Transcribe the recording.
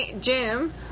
Jim